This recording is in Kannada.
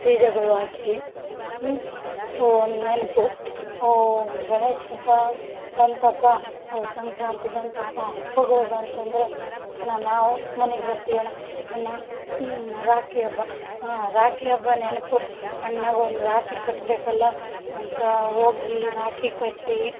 ಡಿ ಜೆಗಳು ಹಾಕಿ ಒನ್ ನೆನಪು ಗಣೇಶ ಹಬ್ಬ ಬಂತಪ್ಪ ಸಂಕ್ರಾಂತಿ ಬಂತಪ್ಪ ಹಬ್ಬಗಳು ಬಂತಂದರೆ ಅಣ್ಣ ನಾವು ಮನೆಗೆ ಬರ್ತೀವಣ್ಣ ಅಣ್ಣ ರಾಕಿ ಹಬ್ಬ ರಾಕಿ ಹಬ್ಬ ನೆನಪು ಅಣ್ಣನಿಗ್ ಒಂದು ರಾಕಿ ಕಟ್ಟಬೇಕಲ್ಲ ಅಂತ ಹೋಗಿ ರಾಕಿ ಕಟ್ಟಿ